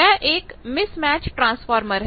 यह एक mismatch transformer है